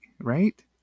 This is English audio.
right